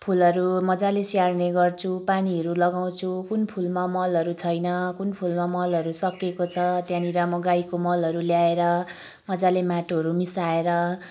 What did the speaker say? फुलहरू मजाले स्याहार्ने गर्छु पानीहरू लगाउँछु कुन फुलमा मलहरू छैन कुन फुलमा मलहरू सकिएको छ त्यहाँनिर म गाईको मलहरू ल्याएर नाजाले माटोहरू मिसाएर